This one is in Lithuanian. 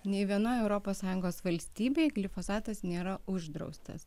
nei vienoj europos sąjungos valstybėj glifosatas nėra uždraustas